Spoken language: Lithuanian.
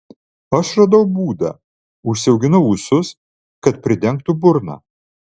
aš radau būdą užsiauginau ūsus kad pridengtų burną